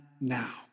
now